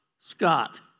Scott